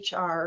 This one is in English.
HR